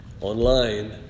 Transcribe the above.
online